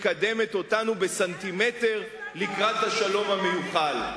מקדמת אותנו בסנטימטר לשלום המיוחל.